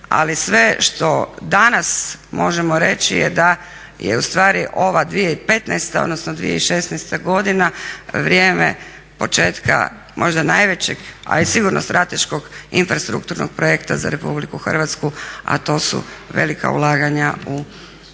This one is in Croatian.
ali sve što danas možemo reći je da je u stvari ova 2015. odnosno 2016. godina vrijeme početka možda najvećeg, ali sigurno strateškog infrastrukturnog projekta za Republiku Hrvatsku, a to su velika ulaganja u Hrvatske